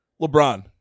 LeBron